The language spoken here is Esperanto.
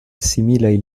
similaj